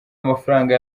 amafaranga